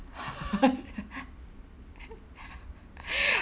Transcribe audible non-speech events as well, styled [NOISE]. [LAUGHS]